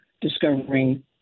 discovering